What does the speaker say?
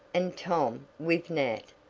and tom, with nat,